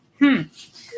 -hmm